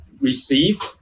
receive